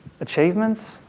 achievements